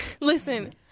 Listen